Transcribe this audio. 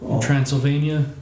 Transylvania